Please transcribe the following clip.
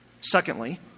Secondly